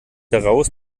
heraus